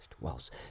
whilst